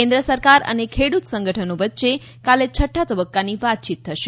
કેન્ સરકાર અને ખેડૂત સંગઠનો વચ્ચે કાલે છઠ્ઠા તબક્કાની વાતચીત થશે